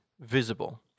visible